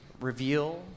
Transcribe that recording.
reveal